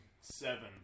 seven